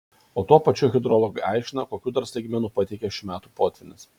o tuo pačiu hidrologai aiškina kokių dar staigmenų pateikė šių metų potvynis